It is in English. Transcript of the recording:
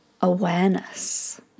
awareness